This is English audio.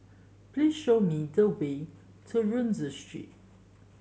please show me the way to Rienzi Street